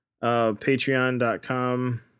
patreon.com